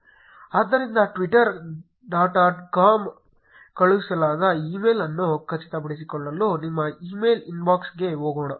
ಆದ್ದರಿಂದ Twitter dot com ಮೂಲಕ ಕಳುಹಿಸಲಾದ ಇಮೇಲ್ ಅನ್ನು ಖಚಿತಪಡಿಸಲು ನಿಮ್ಮ ಇಮೇಲ್ ಇನ್ಬಾಕ್ಸ್ಗೆ ಹೋಗೋಣ